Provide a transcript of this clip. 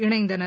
இணைந்தனர்